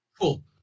Cool